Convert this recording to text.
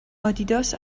آدیداس